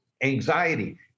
anxiety